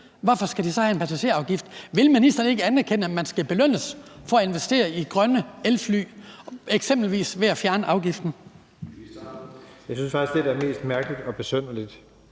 Hvorfor skal de så pålægges en passagerafgift? Vil ministeren ikke anerkende, at man skal belønnes for at investere i grønne elfly, eksempelvis ved at fjerne afgiften? Kl. 23:41 Formanden (Søren Gade): Ministeren.